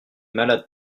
malades